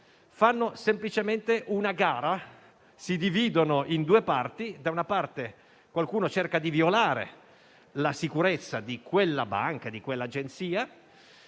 fanno semplicemente una gara tra loro e si dividono in due squadre: da una parte, qualcuno cerca di violare la sicurezza di quella banca o di quella agenzia